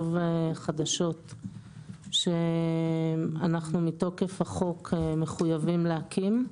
חדשות שאנחנו מתוקף החוק מחויבים להקים.